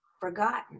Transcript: forgotten